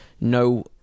no